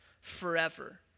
forever